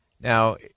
Now